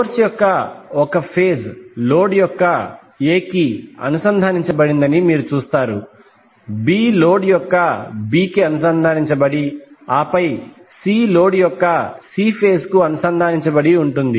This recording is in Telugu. సోర్స్ యొక్క ఒక ఫేజ్ లోడ్ యొక్క A కి అనుసంధానించబడిందని మీరు చూస్తారు b లోడ్ యొక్క B కి అనుసంధానించబడి ఆపై సి లోడ్ యొక్క C ఫేజ్ కు అనుసంధానించబడి ఉంటుంది